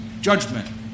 judgment